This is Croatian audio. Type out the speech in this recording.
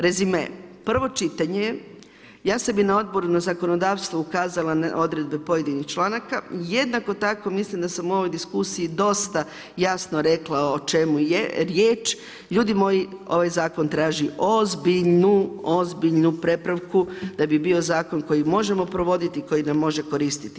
Rezime, prvo čitanje je, ja sam i na Odboru za zakonodavstvo ukazala na odredbe pojedinih članaka, jednako tako mislim da sam u ovoj diskusiji dosta jasno rekla o čemu je riječ, ljudi moj, ovaj zakon traži ozbiljnu prepravku da bi bio zakon koji možemo provoditi, koji nam može koristiti.